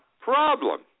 problem